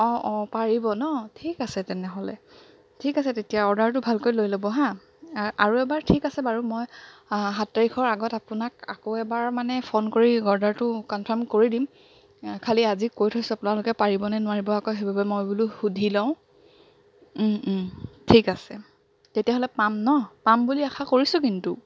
অঁ অঁ পাৰিব ন ঠিক আছে তেনেহ'লে ঠিক আছে তেতিয়া অৰ্ডাৰটো ভালকৈ লৈ ল'ব হা আৰু এবাৰ ঠিক আছে বাৰু মই সাত তাৰিখৰ আগত আপোনাক আকৌ এবাৰ মানে ফোন কৰি অৰ্ডাৰটো কনফাৰ্ম কৰি দিম খালি আজি কৈ থৈছোঁ আপোনালোকে পাৰিব নে নোৱাৰিব আক' সেইবাবে মই বোলো সুধি লওঁ ঠিক আছে তেতিয়াহ'লে পাম ন পাম বুলি আশা কৰিছোঁ কিন্তু